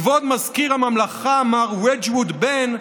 כבוד מזכיר הממלכה מר ודג'ווד בן.